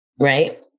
right